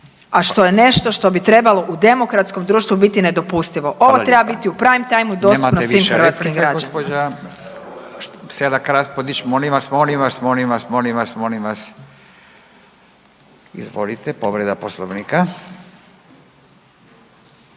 a što je nešto što bi trebalo u demokratskom društvu biti nedopustivo …/Upadica Radin: Hvala lijepa./… Ovo treba biti u prime time dostupno svim hrvatskim građanima.